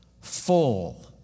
full